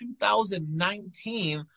2019